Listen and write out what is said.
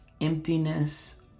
emptiness